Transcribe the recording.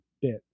bit